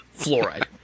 Fluoride